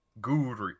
Guri